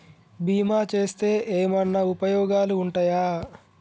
బీమా చేస్తే ఏమన్నా ఉపయోగాలు ఉంటయా?